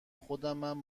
خودمم